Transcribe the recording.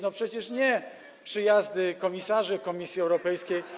No przecież nie przyjazdy komisarzy Komisji Europejskiej.